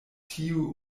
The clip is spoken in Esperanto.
tiu